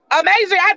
Amazing